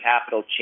capital